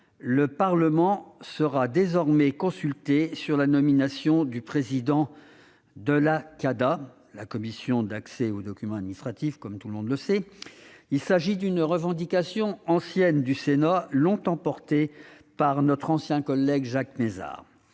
le Parlement sera désormais consulté sur la nomination du président de la Commission d'accès aux documents administratifs (CADA). Il s'agit d'une revendication ancienne du Sénat, longtemps défendue par notre ancien collègue Jacques Mézard.